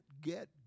get